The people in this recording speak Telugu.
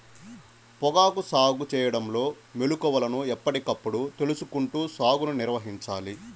పొగాకు సాగు చేయడంలో మెళుకువలను ఎప్పటికప్పుడు తెలుసుకుంటూ సాగుని నిర్వహించాలి